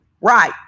Right